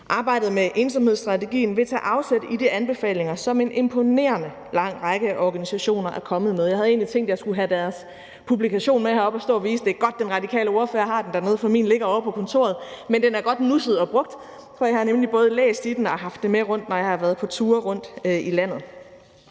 Arbejdet med ensomhedsstrategien vil tage afsæt i de anbefalinger, som en imponerende lang række af organisationer er kommet med. Jeg havde egentlig tænkt, at jeg skulle have deres publikation med herop og stå og vise den. Det er godt, at den radikale ordfører har den dernede, for min ligger ovre på kontoret, men den er godt nusset og brugt, for jeg har nemlig både læst i den og haft den med rundt, når jeg har været på ture rundt i landet.